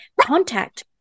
contact